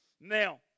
Now